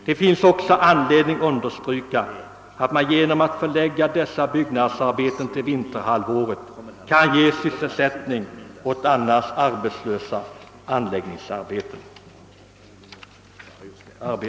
Det finns också anledning understryka, att man genom att förlägga dessa byggnadsarbeten till vinterhalvåret kunde bereda sysselsättning åt annars arbetslösa anläggningsarbetare.